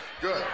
Good